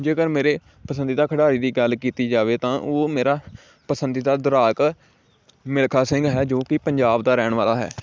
ਜੇਕਰ ਮੇਰੇ ਪਸੰਦੀਦਾ ਖਿਡਾਰੀ ਦੀ ਗੱਲ ਕੀਤੀ ਜਾਵੇ ਤਾਂ ਉਹ ਮੇਰਾ ਪਸੰਦੀਦਾ ਦੌੜਾਕ ਮਿਲਖਾ ਸਿੰਘ ਹੈ ਜੋ ਕਿ ਪੰਜਾਬ ਦਾ ਰਹਿਣ ਵਾਲਾ ਹੈ